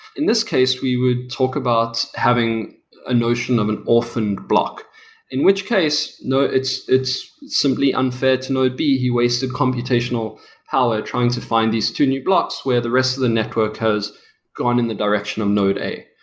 in this case, we would talk about having a notion of an orphan block in which case, case, it's it's simply unfair to node b, he wasted computational power trying to find these two new blocks where the rest of the network has gone in the direction of node a.